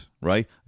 right